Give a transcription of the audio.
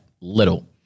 little